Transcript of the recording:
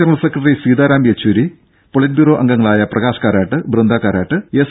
general secretary Sitaram Yechury politburo അംഗങ്ങളായ Prakash Karat Brinda Karat S